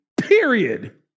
Period